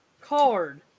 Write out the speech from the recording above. card